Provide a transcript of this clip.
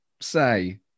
say